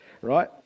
right